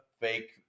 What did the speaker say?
fake